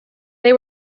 they